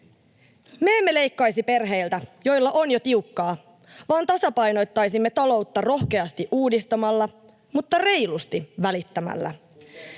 Me emme leikkaisi perheiltä, joilla on jo tiukkaa, vaan tasapainottaisimme taloutta rohkeasti uudistamalla mutta reilusti välittämällä.